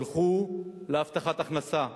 ילכו להבטחת הכנסה,